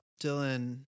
Dylan